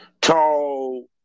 tall